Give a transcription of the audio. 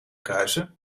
kuisen